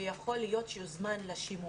ויכול להיות שיוזמן לשימוע.